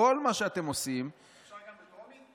אפשר גם בטרומי?